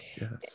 Yes